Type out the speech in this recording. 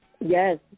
Yes